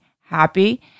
happy